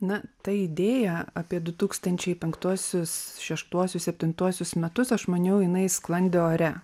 na ta idėja apie du tūkstančiai penktuosius šeštuosius septintuosius metus aš maniau jinai sklandė ore